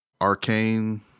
Arcane